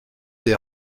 des